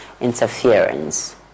interference